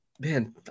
Man